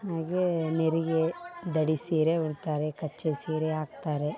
ಹಾಗೇ ನೆರಿಗೆ ದಡಿಸೀರೆ ಉಡ್ತಾರೆ ಕಚ್ಚೆ ಸೀರೆ ಹಾಕ್ತಾರೆ